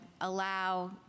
allow